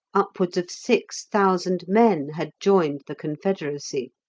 upwards of six thousand men had joined the confederacy,